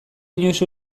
inoiz